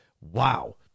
Wow